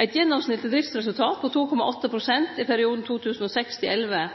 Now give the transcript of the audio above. Eit gjennomsnittleg driftsresultat på 2,8 pst. i perioden